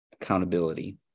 accountability